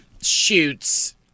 shoots